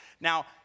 Now